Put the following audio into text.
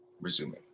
resuming